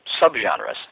subgenres